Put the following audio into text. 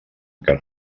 cas